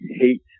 hate